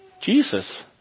Jesus